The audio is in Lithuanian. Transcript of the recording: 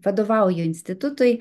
vadovauju institutui